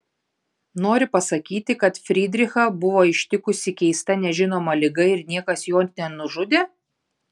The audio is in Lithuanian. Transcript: nori pasakyti kad frydrichą buvo ištikusi keista nežinoma liga ir niekas jo nenužudė